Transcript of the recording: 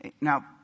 Now